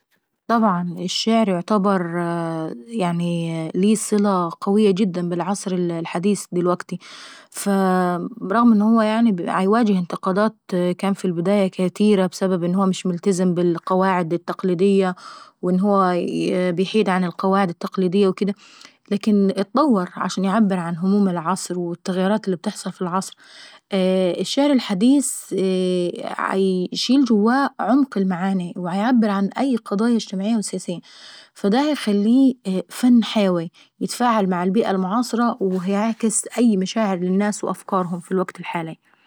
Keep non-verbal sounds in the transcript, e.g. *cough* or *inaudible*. طبعا الشعر يعتبر ليه قوية جدا بالعصر الحديث دلوكتي. *hesitation* برغم ان هو كان بيواجه انتقادات كان في البداية كاتيرة بسبب انه هو مكنش ملتزم بالقواعد التقليدية وان هو بيحيد عن القواعد التقليدية وكدا، لكن اتطور عشان يعبر عن هموم العصر والتغييرات اللي عتحصل في العصر. *hesitation* الشعر الحديث عيشيل جواه عمق المعاني وبيعبر عن اي قضايا اجتماعية او سياسية فدا بيخليه فن حيواي ويتفاعل مع البيئة المعاصرة’ وبيعكس اي مشاعر وافكار للناس في الوكت الحالاي.